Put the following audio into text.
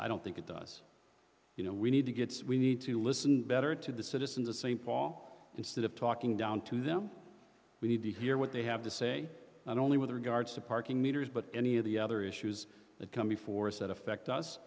i don't think it does you know we need to gets we need to listen better to the citizens of st paul instead of talking down to them we need to hear what they have to say not only with regards to parking meters but any of the other issues that come before us that affect us